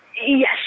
Yes